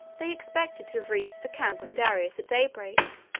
they expected to have reached the camp of darius at daybreak,